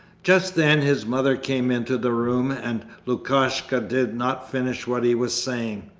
just then his mother came into the room, and lukashka did not finish what he was saying.